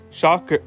shock